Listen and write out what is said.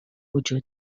وجود